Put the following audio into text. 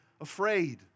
afraid